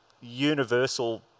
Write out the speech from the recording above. universal